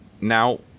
now